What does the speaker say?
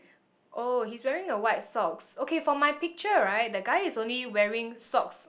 oh he's wearing a white socks okay from my picture right the guy is only wearing socks